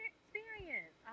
experience